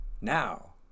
Now